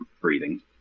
breathing